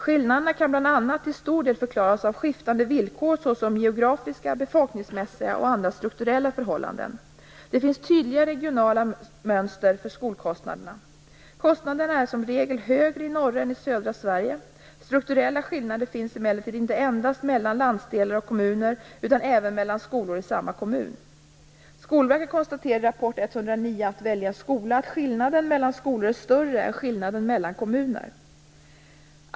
Skillnaderna kan bl.a. till stor del förklaras av skiftande villkor såsom geografiska, befolkningsmässiga och andra strukturella förhållanden. Det finns tydliga regionala mönster för skolkostnaderna. Kostnaderna är som regel högre i norra än i södra Sverige. Strukturella skillnader finns emellertid inte endast mellan landsdelar och kommuner utan även mellan skolor i samma kommun. Skolverket konstaterar i rapport nr 109 Att välja skola att skillnaden mellan skolor är större än skillnaden mellan kommuner.